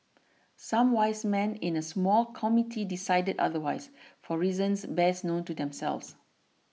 some wise men in a small committee decided otherwise for reasons best known to themselves